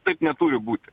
taip neturi būti